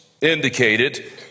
indicated